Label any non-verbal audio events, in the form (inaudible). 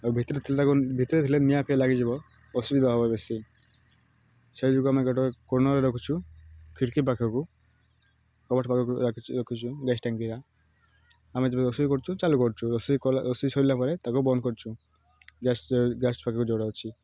ଆଉ ଭିତରେ ଥିଲେ ତାକୁ ଭିତରେ ଥିଲେ ନିଆଁ ପିଆଁ ଲାଗିଯିବ ଅସୁବିଧା ହବ ବେଶୀ ସେଇଯୋଗୁଁ ଆମେ ଗୋଟେ କୋଣରେ ରଖୁଛୁ ଖିଡ଼ିକି ପାଖକୁ କବାଟ ପାଖକୁ ରଖିଛୁ ଗ୍ୟାସ୍ ଟ୍ୟାଙ୍କିଟା ଆମେ ଯେବେ ରୋଷେଇ କରୁଛୁ ଚାଲୁ କରୁଛୁ ରୋଷେଇ (unintelligible) ରୋଷେଇ ସରିଲା ପରେ ତାକୁ ବନ୍ଦ କରୁଛୁ ଗ୍ୟାସ୍ ଗ୍ୟାସ୍ ପାଖକୁ ଯେଉଁଟା ଅଛି